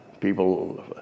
people